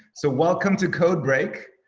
so welcome to code break.